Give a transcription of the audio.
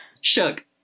shook